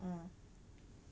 mm